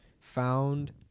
Found